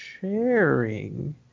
sharing